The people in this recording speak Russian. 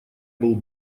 был